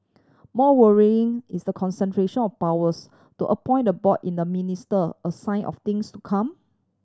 more worrying is the concentration of powers to appoint the board in the minister a sign of things to come